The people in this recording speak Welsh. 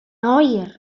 oer